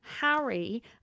Harry